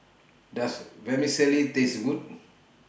Does Vermicelli Taste Good